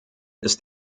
ist